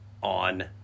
On